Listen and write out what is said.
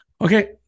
Okay